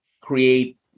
create